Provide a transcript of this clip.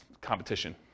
competition